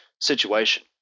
situation